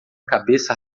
cabeça